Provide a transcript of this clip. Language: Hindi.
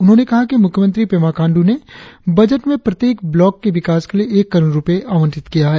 उन्होंने कहा कि मुख्यमंत्री पेमा खांडू ने बजट में प्रत्येक ब्लॉक के विकास के लिए एक करोड़ रुपए आवंटित किया है